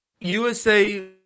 USA